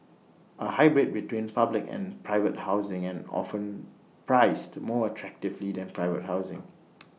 A hybrid between public and private housing and often priced more attractively than private housing